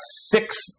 six